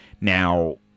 Now